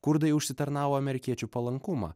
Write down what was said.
kurdai užsitarnavo amerikiečių palankumą